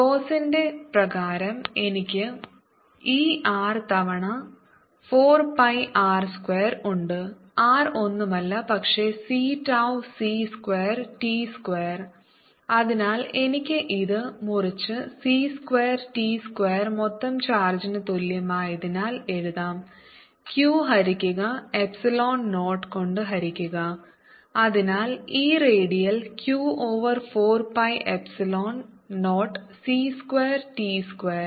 ഗാസ്സിന്റെ പ്രകാരം എനിക്ക് E r തവണ 4 pi r സ്ക്വയർ ഉണ്ട് r ഒന്നുമല്ല പക്ഷേ c tau C square t square അതിനാൽ എനിക്ക് ഇത് മുറിച്ച് c സ്ക്വയർ t സ്ക്വയർ മൊത്തം ചാർജിന് തുല്യമായതിനാൽ എഴുതാം q ഹരിക്കുക എപ്സിലോൺ 0 കൊണ്ട് ഹരിക്കുക അതിനാൽ E radial q over 4 pi epsilon 0 c square t square